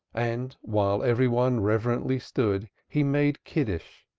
and while every one reverently stood he made kiddish,